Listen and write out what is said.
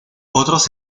otros